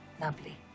lovely